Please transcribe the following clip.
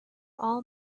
all